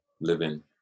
living